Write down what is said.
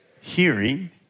hearing